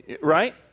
Right